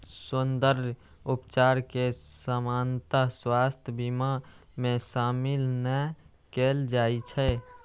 सौंद्रर्य उपचार कें सामान्यतः स्वास्थ्य बीमा मे शामिल नै कैल जाइ छै